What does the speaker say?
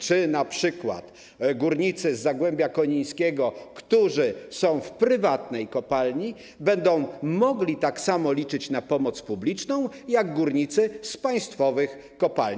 Czy np. górnicy z Zagłębia Konińskiego, którzy pracują w prywatnej kopalni, będą mogli tak samo liczyć na pomoc publiczną jak górnicy z państwowych kopalni?